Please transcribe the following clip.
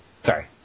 Sorry